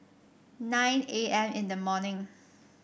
nine A M in the morning